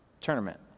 tournament